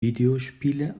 videospiele